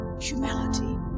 humility